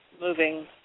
moving